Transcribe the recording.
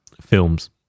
Films